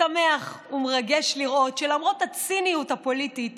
משמח ומרגש לראות שלמרות הציניות הפוליטית